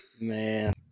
Man